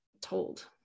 told